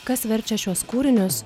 kas verčia šiuos kūrinius